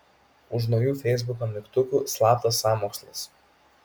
už naujų feisbuko mygtukų slaptas sąmokslas